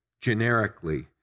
generically